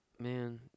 Man